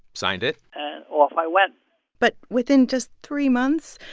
signed it and off i went but within just three months,